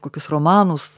kokius romanus